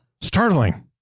startling